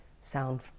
sound